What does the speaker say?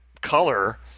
color